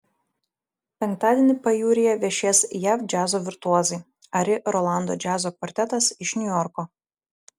penktadienį pajūryje viešės jav džiazo virtuozai ari rolando džiazo kvartetas iš niujorko